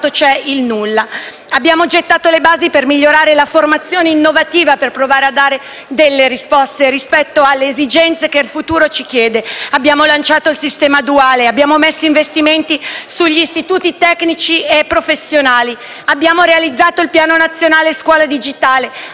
abbiamo messo investimenti sugli istituti tecnici e professionali, abbiamo realizzato il Piano nazionale scuola digitale,